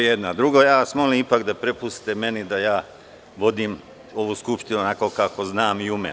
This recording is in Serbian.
Drugo, ja vas molim da prepustite meni da ja vodim ovu Skupštinu onako kako znam i umem.